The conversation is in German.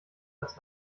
das